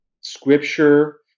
scripture